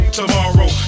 tomorrow